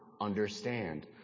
understand